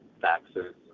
taxes